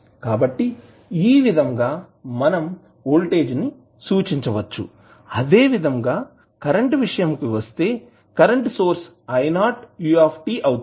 కాబట్టి ఈ విధంగా మనం వోల్టేజ్ ని సూచించవచ్చు అదేవిధంగా కరెంటు విషయం కి వస్తే కరెంటు సోర్స్ I0 u అవుతుంది